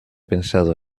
pensado